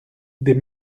des